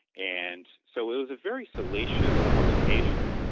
and so it was a very salacious publication.